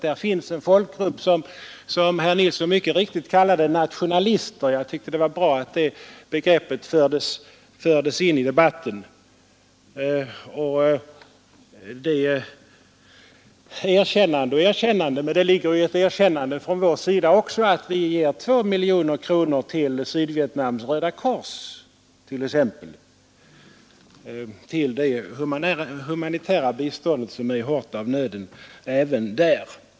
Där finns en folkgrupp som herr Nilsson mycket riktigt kallade ”nationalister”. Jag tycker att det var bra att det begreppet fördes in i debatten. Det ligger ett erkännande från vår sida av Saigonregimen också däri att vi t.ex. ger 2 miljoner kronor till Sydvietnams Röda kors till de humanitära insatser som är hårt av nöden även där.